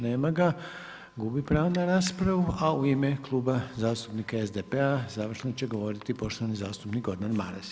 Nema ga, gubi pravo na raspravu, a u ime Kluba zastupnika SDP-a završno će govoriti poštovani zastupnik Gordan Maras.